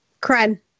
Kren